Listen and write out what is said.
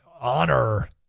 honor